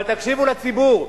אבל תקשיבו לציבור.